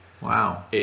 Wow